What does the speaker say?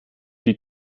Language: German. die